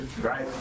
Right